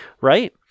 right